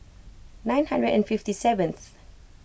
nine hundred and fifty seventh